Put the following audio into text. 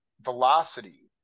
velocity